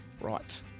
right